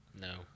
no